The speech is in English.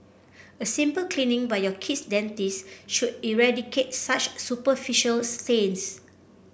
a simple cleaning by your kid's dentist should eradicate such superficial stains